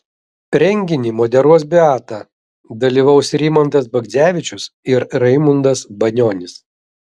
renginį moderuos beata dalyvaus rimantas bagdzevičius ir raimundas banionis